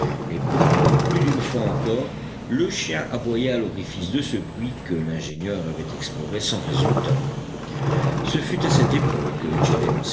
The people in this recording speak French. et pourtant plus d'une fois encore le chien aboya à l'orifice de ce puits que l'ingénieur avait exploré sans résultat ce fut à cette époque